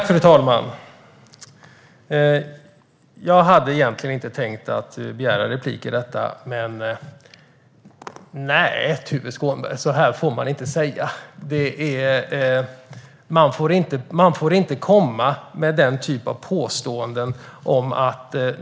Fru talman! Jag hade egentligen inte tänkt begära replik i detta ärende, men jag kan inte låta bli. Nej, Tuve Skånberg, så kan man inte säga.